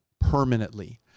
permanently